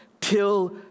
Till